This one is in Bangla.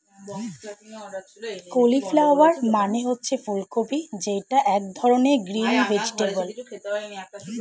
কলিফ্লাওয়ার মানে হচ্ছে ফুলকপি যেটা এক ধরনের গ্রিন ভেজিটেবল